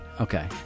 Okay